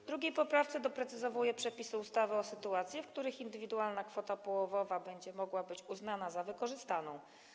W drugiej poprawce doprecyzowuje się przepisy ustawy, jeżeli chodzi o sytuacje, w których indywidualna kwota połowowa będzie mogła być uznana za wykorzystaną.